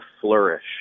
flourish